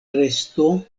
resto